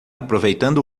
aproveitando